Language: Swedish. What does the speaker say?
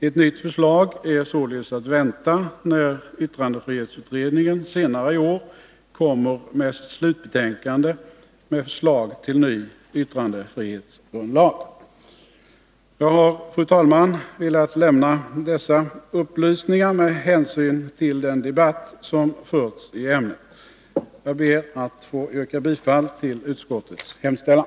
Ett nytt förslag är således att vänta när yttrandefrihetsutredningen senare i år kommer med sitt slutbetänkande med förslag till ny yttrandefrihetsgrundlag. Jag har, fru talman, velat lämna dessa upplysningar med hänsyn till den allmänna debatt som förts i ärendet. Jag ber att få yrka bifall till utskottets hemställan.